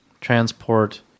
transport